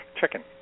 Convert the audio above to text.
chicken